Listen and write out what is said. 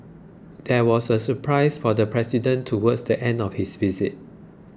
there was a surprise for the president towards the end of his visit